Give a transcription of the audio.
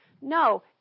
No